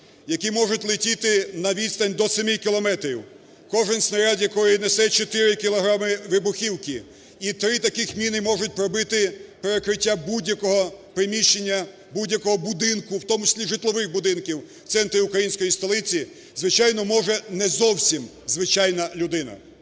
які можуть летіти на відстань до 7 кілометрів, кожен снаряд якої несе 4 кілограми вибухівки, і 3 такі міни можуть пробити перекриття будь-якого приміщення, будь-якого будинку, в тому числі житлових будинків в центрі української столиці, звичайно, може не зовсім звичайна людина.